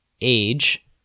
Age